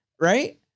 right